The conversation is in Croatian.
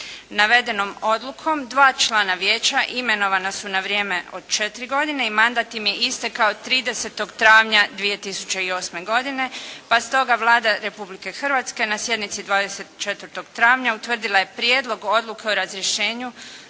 Navedenom odlukom dva člana vijeća imenovana su na vrijeme od četiri godine i mandat im je istekao 30. travnja 2008. godine pa stoga Vlada Republike Hrvatske na sjednici 24. travnja utvrdila je Prijedlog odluke o razrješenju